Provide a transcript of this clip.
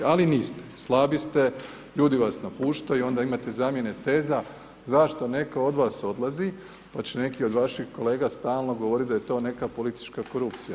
Ali, niste, slabi ste, ljudi vas napuštaju, onda imate zamjene teza, zašto netko od vas odlazi, pa će neki od vaših kolega stalno govoriti da je to neka politička korupcija.